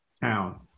town